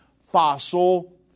fossil